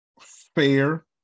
fair